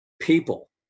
people